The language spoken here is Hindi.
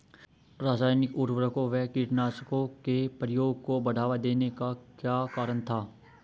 रासायनिक उर्वरकों व कीटनाशकों के प्रयोग को बढ़ावा देने का क्या कारण था?